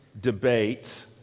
debate